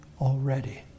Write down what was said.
already